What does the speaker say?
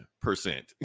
Percent